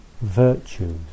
virtues